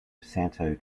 santo